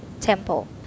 temple